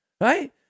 right